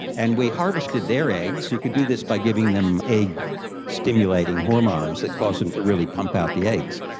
and we harvested their eggs. you could do this by giving them egg stimulating hormones that cause them to really pump out the eggs.